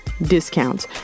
discounts